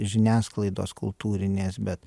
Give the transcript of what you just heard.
žiniasklaidos kultūrinės bet